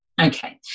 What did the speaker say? Okay